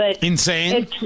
Insane